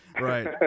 Right